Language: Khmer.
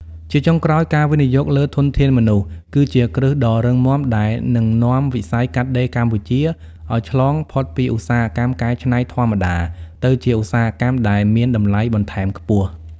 ជាចុងក្រោយ ការវិនិយោគលើធនធានមនុស្ស គឺជាគ្រឹះដ៏រឹងមាំដែលនឹងនាំវិស័យកាត់ដេរកម្ពុជាឱ្យឆ្លងផុតពីឧស្សាហកម្មកែច្នៃធម្មតា ទៅជាឧស្សាហកម្មដែលមានតម្លៃបន្ថែមខ្ពស់។